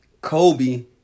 Kobe